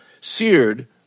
seared